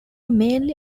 mainly